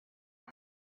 pit